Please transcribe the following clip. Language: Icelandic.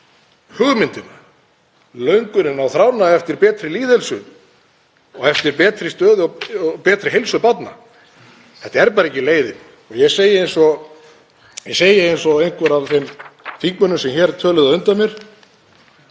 hugmyndina, löngunina og þrána eftir betri lýðheilsu og eftir betri stöðu og betri heilsu barna. Þetta er bara ekki leiðin. Ég segi eins og einhver af þeim þingmönnum sem hér töluðu á undan mér,